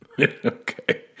Okay